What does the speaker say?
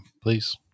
Please